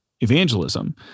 evangelism